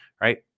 right